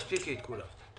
אני